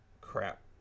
Crap